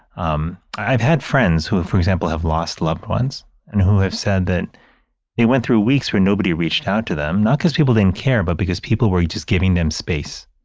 um i've had friends who, for example, have lost loved ones and who have said that they went through weeks where nobody reached out to them, not because people didn't care, but because people were just giving them space.